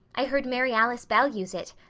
i heard mary alice bell use it.